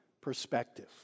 perspective